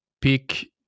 pick